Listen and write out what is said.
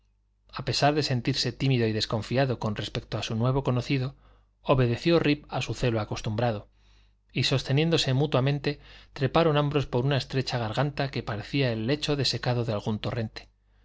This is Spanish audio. a pesar de sentirse tímido y desconfiado con respecto de su nuevo conocido obedeció rip a su celo acostumbrado y sosteniéndose mutuamente treparon ambos por una estrecha garganta que parecía el lecho desecado de algún torrente